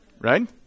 right